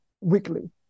Weekly